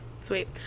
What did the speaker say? Sweet